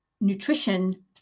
nutrition